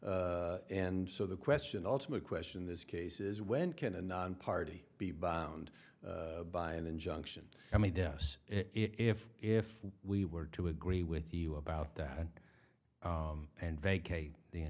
and so the question ultimate question this case is when can a nonparty be bound by an injunction how many deaths if if we were to agree with you about that and vacate the